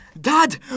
dad